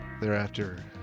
Thereafter